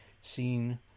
seen